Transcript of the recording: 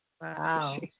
wow